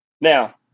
Now